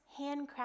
handcrafted